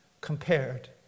compared